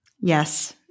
Yes